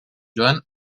joan